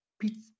pizza